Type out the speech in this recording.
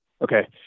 Okay